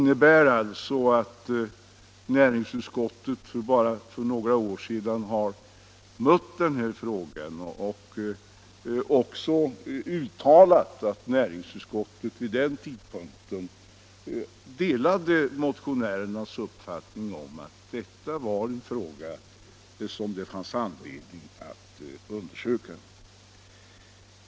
Näringsutskottet har alltså för bara några år sedan mött den här frågan. Utskottet uttalade vid den tidpunkten att det delade motionärernas uppfattning om att detta var en fråga som det fanns anledning att undersöka.